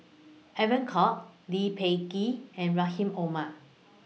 Evon Kow Lee Peh Gee and Rahim Omar